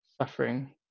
suffering